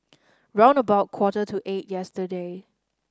round about quarter to eight yesterday